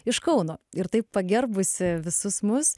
iš kauno ir taip pagerbusi visus mus